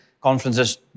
conferences